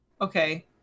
okay